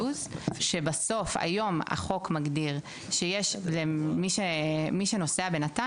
בסוף היום החוק מגדיר שמי שנוסע בנט"ן